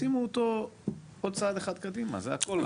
שימו אותו עוד צעד אחד קדימה, זה הכול.